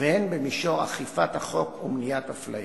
והן במישור אכיפת החוק ומניעת אפליה.